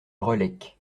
relecq